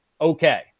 Okay